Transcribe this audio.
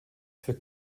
für